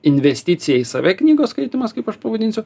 investicija į save knygos skaitymas kaip aš pavadinsiu